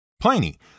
Pliny